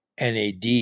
nad